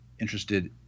interested